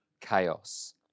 chaos